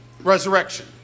resurrection